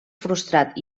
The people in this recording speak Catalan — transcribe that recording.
frustrat